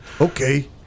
Okay